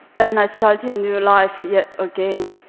and i started a new life yet again.